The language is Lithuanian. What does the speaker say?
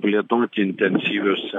plėtoti intensyvius